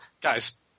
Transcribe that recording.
guys